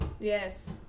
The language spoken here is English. Yes